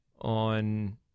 on